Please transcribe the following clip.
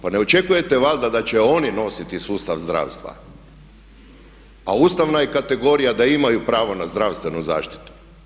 Pa ne očekujete valjda da će oni nositi sustav zdravstva a ustavna je kategorija da imaju pravo na zdravstvenu zaštitu.